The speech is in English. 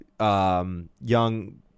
young